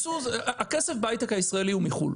הכסף בהייטק הישראלי הוא מחו"ל.